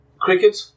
cricket